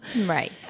Right